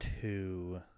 two